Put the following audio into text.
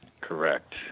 Correct